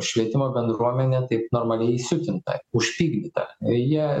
švietimo bendruomenė taip normaliai įsiutinta užpykdyta jie